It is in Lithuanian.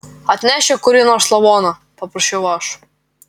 atnešk čia kurį nors lavoną paprašiau aš